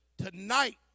Tonight